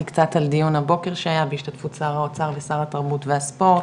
קצת על דיון הבוקר שהיה בהשתתפות שר האוצר ושר התרבות והספורט,